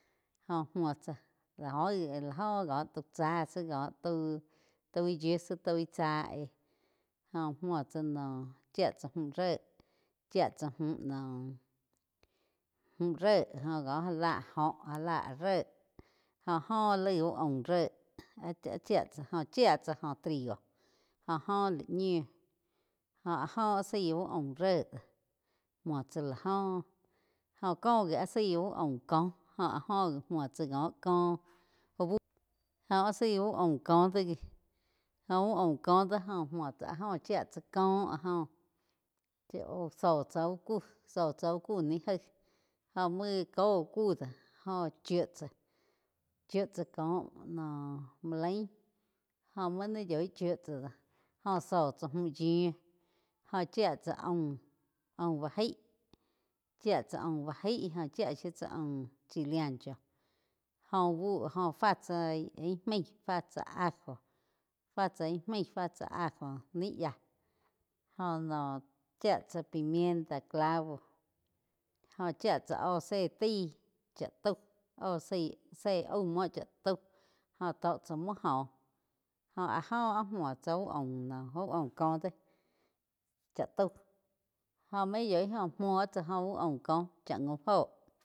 Jó múo tsá óh gi la oh có tau cháh zí cóh toi yiu zí có toi chá éh jó múo tsá noh chía tsá múh ré chía tsá múh noh múh ré cóh já lá óh já lá ha ré jo oh laig úh aum ré áh chía tsá jo chiá tsa jo trigo jo oh la ñiu joh áh óh áh zaí úh aum réh múo tsá lá jóh, joh cóh gi áh zaaí úh aum cóh jó áh go gi múo tsá koh cóh úh bu jo áh zaí úh aum cóh do wi jóh úh aum cóh do jo múo tsá áh jo chía tsá có áh joh tsi zó tsá úh ku. Zó tsá úh ku ni gaíh gó mup gá ko úh cóh do. Joh chiu tsá chiu tsá koh no múo lain jó muo ni yoig chiu tsá do jóh zó tsá múh yiu jóh chía tsá aum, aum bá gaih chía tsá aum bá jaih jo chía shiu tsá aum chile ancho jóh úh bu joh fá tsá íh maíh fá tzá ajo fá tsá íh maig fá tsá ajo ni yáh jó noh chía tsá pimienta clavo jo chía tsá óh zé taí chá tau óh zé au múo chá taú joh tó chá múo joh jóh áh óh muo tsá uh aum no úh aum koh dó chá tau jó main yoi óh múo tsá óh úh aum koh chá jaum óho.